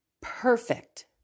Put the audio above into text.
perfect